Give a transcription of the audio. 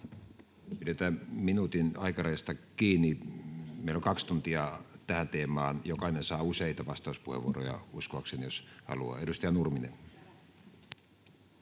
Pidetään minuutin aikarajasta kiinni. Meillä on kaksi tuntia tähän teemaan, uskoakseni jokainen saa useita vastauspuheenvuoroja, jos haluaa. — Edustaja Nurminen.